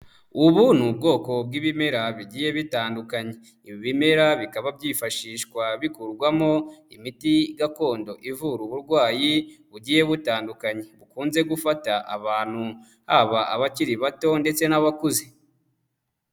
Ubu ni ubwoko bw'ibimera bigiye bitandukanye, ibi bimera bikaba byifashishwa bikorwarwamo imiti gakondo ivura uburwayi bugiye butandukanye, bukunze gufata abantu haba abakiri bato ndetse n'abakuze.